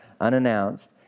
unannounced